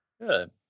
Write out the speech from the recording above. Good